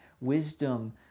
wisdom